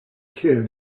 kid